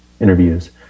interviews